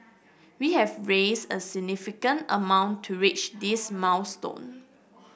we have raised a significant amount to reach this milestone